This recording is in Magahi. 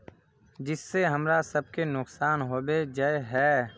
जिस से हमरा सब के नुकसान होबे जाय है?